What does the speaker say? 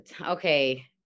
Okay